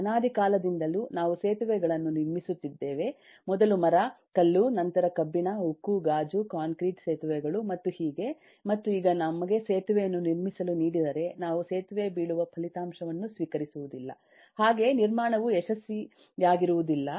ಅನಾದಿ ಕಾಲದಿಂದಲೂ ನಾವು ಸೇತುವೆಗಳನ್ನು ನಿರ್ಮಿಸುತ್ತಿದ್ದೇವೆ ಮೊದಲು ಮರ ಕಲ್ಲು ನಂತರ ಕಬ್ಬಿಣ ಉಕ್ಕು ಗಾಜು ಕಾಂಕ್ರೀಟ್ ಸೇತುವೆಗಳು ಮತ್ತು ಹೀಗೆ ಮತ್ತು ಈಗ ನಮಗೆ ಸೇತುವೆಯನ್ನು ನಿರ್ಮಿಸಲು ನೀಡಿದರೆ ನಾವು ಸೇತುವೆ ಬೀಳುವ ಫಲಿತಾಂಶವನ್ನು ಸ್ವೀಕರಿಸುವುದಿಲ್ಲ ಹಾಗೆ ನಿರ್ಮಾಣವು ಯಶಸ್ವಿಯಾಗಿರುವುದಿಲ್ಲ